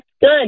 good